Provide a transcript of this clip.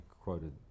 quoted